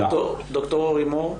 ד"ר אורי מור.